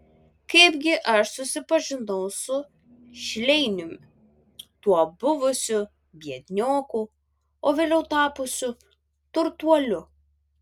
kaipgi aš susipažinau su šleiniumi tuo buvusiu biednioku o vėliau tapusiu turtuoliu